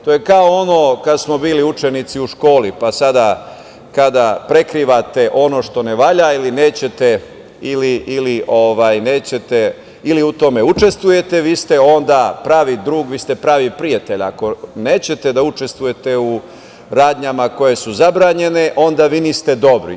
To je kao kad smo bili učenici u školi, pa sada kada prekrivate ono što ne valja ili nećete, ili u tome učestvujete, vi ste onda pravi drug, vi ste pravi prijatelj, ako nećete da učestvujete u radnjama koje su zabranjene, onda vi niste dobri.